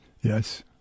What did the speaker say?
Yes